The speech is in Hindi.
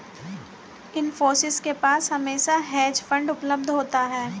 इन्फोसिस के पास हमेशा हेज फंड उपलब्ध होता है